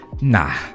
nah